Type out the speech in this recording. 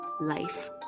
life